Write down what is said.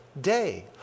day